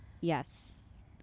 yes